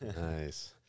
nice